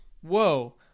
whoa